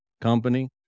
company